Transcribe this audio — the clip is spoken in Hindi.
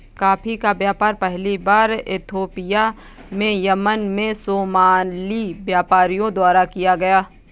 कॉफी का व्यापार पहली बार इथोपिया से यमन में सोमाली व्यापारियों द्वारा किया गया